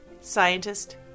scientist